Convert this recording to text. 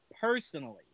personally